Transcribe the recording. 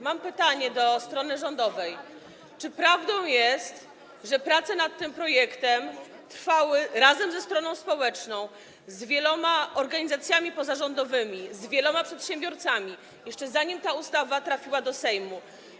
Mam pytanie do strony rządowej: Czy prawdą jest, że prace nad tym projektem były prowadzone razem ze stroną społeczną, z wieloma organizacjami pozarządowymi, z wieloma przedsiębiorcami, jeszcze zanim ta ustawa trafiła do Sejmu?